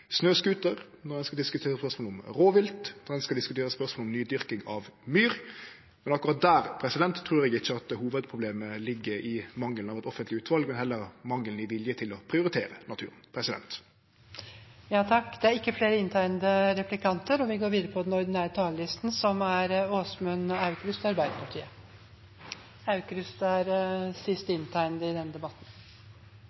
når ein skal diskutere spørsmål om rovvilt, når ein skal diskutere spørsmål om nydyrking av myr. Akkurat der trur eg ikkje at hovudproblemet ligg i mangelen av eit offentleg utval, men heller mangelen på vilje til å prioritere naturen. Replikkordskiftet er omme. De talere som heretter får ordet, har også en taletid på inntil 3 minutter. Verden står inne i en akutt helsekrise, den